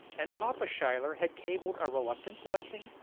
and papa schuyler had cabled a reluctant blessing,